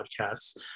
podcasts